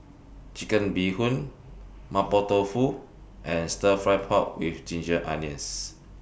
Chicken Bee Hoon Mapo Tofu and Stir Fry Pork with Ginger Onions